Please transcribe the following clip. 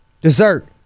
Dessert